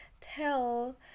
tell